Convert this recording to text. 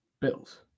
Bills